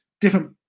different